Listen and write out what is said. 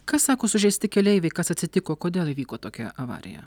ką sako sužeisti keleiviai kas atsitiko kodėl įvyko tokia avarija